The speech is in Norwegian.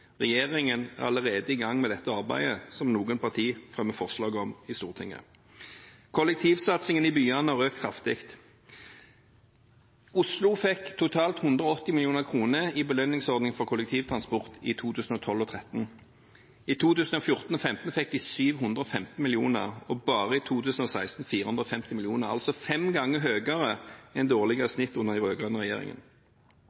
Regjeringen er allerede i gang med dette arbeidet, som noen partier fremmer forslag om i Stortinget. Kollektivsatsingen i byene har økt kraftig. Oslo fikk totalt 180 mill. kr i belønningsordningen for kollektivtransport i 2012 og 2013. I 2014 og 2015 fikk de 715 mill. kr og bare i 2016 450 mill. kr – altså fem ganger høyere enn